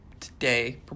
today